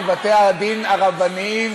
זה תחת הכותרת של כמה בתי-הדין הרבניים